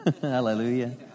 Hallelujah